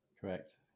Correct